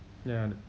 ya